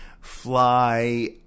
fly